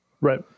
Right